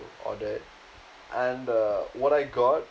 ordered and uh what I got